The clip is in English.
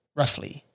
roughly